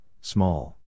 small